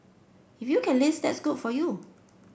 if you can list that's good for you